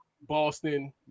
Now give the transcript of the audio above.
Boston